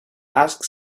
ask